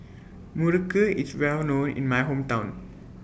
Muruku IS Well known in My Hometown